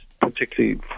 particularly